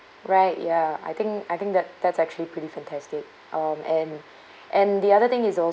right ya I think I think that that's actually pretty fantastic um and and the other thing is